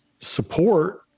support